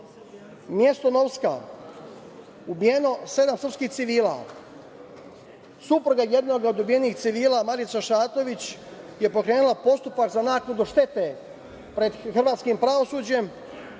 Mesto Novska - ubijeno sedam srpskih civila. Supruga jednog od ubijenih civila, Marica Šatović je pokrenula postupak za naknadu štete pred hrvatskim pravosuđem.